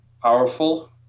Powerful